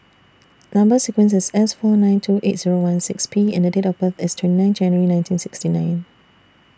Number sequence IS S four nine two eight Zero one six P and Date of birth IS twenty nine January nineteen sixty nine